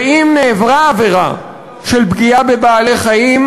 ואם נעברה עבירה של פגיעה בבעלי-חיים,